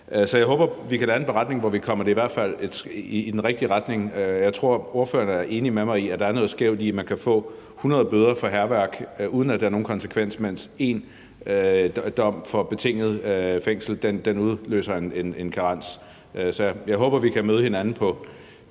Så jeg håber, at vi kan lande en beretning, hvor vi i hvert fald kommer i den rigtige retning. Jeg tror, ordføreren er enig med mig i, at der er noget skævt i, at man kan få 100 bøder for hærværk, uden at det har nogen konsekvens, mens én dom for betinget fængsel udløser en karens. Så jeg håber, vi så at sige kan møde hinanden på